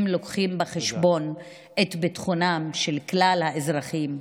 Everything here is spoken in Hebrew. אם מביאים בחשבון את ביטחונם של כלל האזרחים,